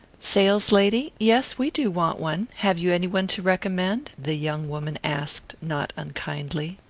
saleslady? yes, we do want one. have you any one to recommend? the young woman asked, not unkindly.